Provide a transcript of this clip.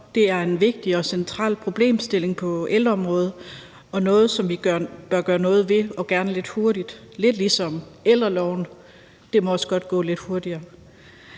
Det er en vigtig og central problemstilling på ældreområdet og noget, som vi bør gøre noget ved, og gerne lidt hurtigt – lidt ligesom ældreloven: Det må også godt gå lidt hurtigere.